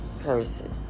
person